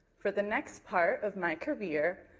for the next part of my career,